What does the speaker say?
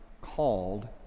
called